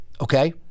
Okay